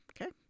Okay